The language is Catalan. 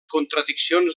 contradiccions